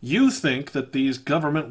you think that these government